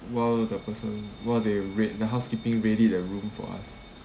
while the person while they read~ the housekeeping ready the room for us